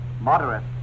moderate